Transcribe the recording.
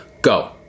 go